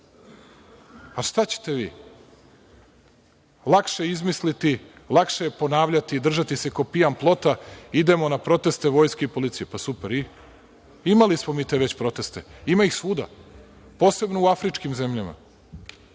A šta ćete vi, lakše je izmisliti, lakše je ponavljati i držati se ko pijan plota, idemo na proteste vojske i policije. Super i?Imali smo mi već te proteste, ima ih svuda, posebno u afričkim zemljama.